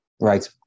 Right